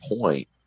point